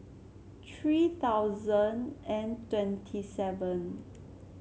three thousand and twenty seven